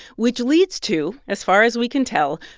which leads to, as far as we can tell,